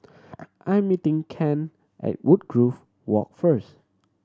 I'm meeting Kent at Woodgrove Walk first